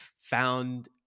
found